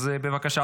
אז בבקשה.